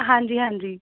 ਹਾਂਜੀ ਹਾਂਜੀ